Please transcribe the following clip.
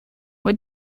what